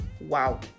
wow